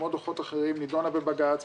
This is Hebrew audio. כמו בדוחות אחרים נדונה בבג"צ,